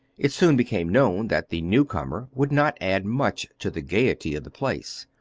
it soon became known that the new-comer would not add much to the gaiety of the place.